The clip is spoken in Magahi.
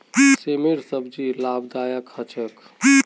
सेमेर सब्जी लाभदायक ह छेक